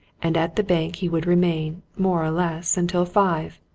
and at the bank he would remain, more or less, until five.